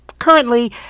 currently